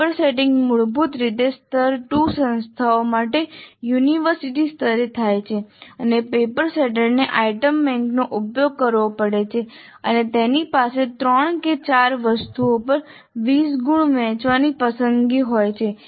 paper setting મૂળભૂત રીતે સ્તર 2 સંસ્થાઓ માટે યુનિવર્સિટી સ્તરે થાય છે અને પેપર સેટરને આઇટમ બેંકનો ઉપયોગ કરવો પડે છે અને તેણી પાસે ત્રણ કે ચાર વસ્તુઓ પર 20 ગુણ વહેંચવાની પસંદગી હોય છે